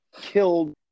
killed